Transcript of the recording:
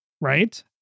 right